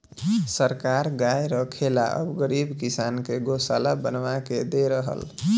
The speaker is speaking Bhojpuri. सरकार गाय के रखे ला अब गरीब किसान के गोशाला बनवा के दे रहल